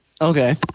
Okay